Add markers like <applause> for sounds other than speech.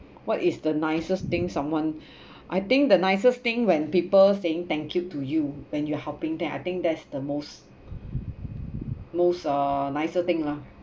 what is the nicest thing someone <breath> I think the nicest thing when people saying thank you to you when you're helping them I think that's the most most uh nicer thing lah